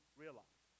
realize